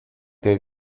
que